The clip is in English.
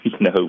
no